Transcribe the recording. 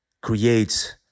creates